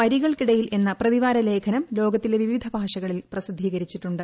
വരികൾക്കിടയിൽ എന്ന പ്രതിവാര ലേഖനം ലോകത്തിന്റെ വിവിധ ഭാഷകളിൽ പ്രസിദ്ധീകരിച്ചിട്ടുണ്ട്